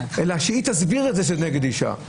אלא היא מסבירה שזה נגד אישה,